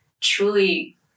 truly